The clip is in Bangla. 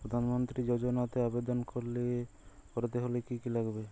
প্রধান মন্ত্রী যোজনাতে আবেদন করতে হলে কি কী লাগবে?